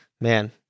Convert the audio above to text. man